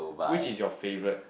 which is your favourite